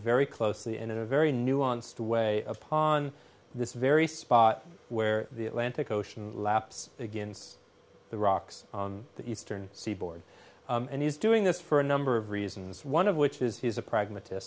very closely in a very nuanced way upon this very spot where the atlantic ocean laps against the rocks on the eastern seaboard and he's doing this for a number of reasons one of which is he's a pragmatis